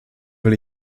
will